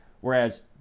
whereas